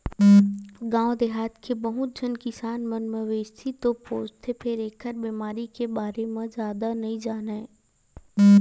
गाँव देहाथ के बहुत झन किसान मन मवेशी तो पोसथे फेर एखर बेमारी के बारे म जादा नइ जानय